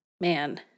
man